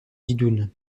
didonne